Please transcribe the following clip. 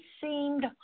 seemed